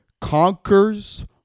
conquers